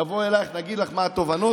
נבוא אלייך ונגיד לך מה התובנות.